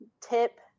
tip